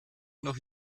noch